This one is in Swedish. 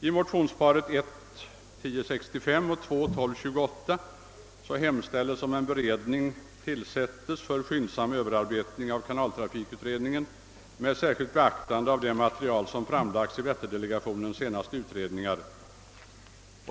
I motionsparet I:1065 och II: 1228 hemställes att en beredning tillsättes för skyndsam överarbetning av kanaltrafikutredningen med särskilt beaktande av det material som framlagts i Vätterdelegationens senaste utredningar.